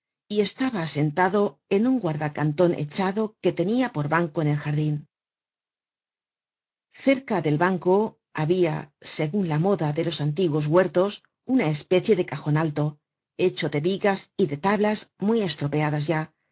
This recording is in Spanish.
y estaba sentado en un guardacanton echado que tenia por banco en el jardin cerca del banco habia seguu la moda de los antiguos huertos una especie de cajon alto hecho de vigas y de tablas muy estropeadas ya